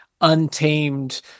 untamed